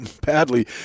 badly